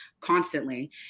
constantly